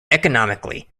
economically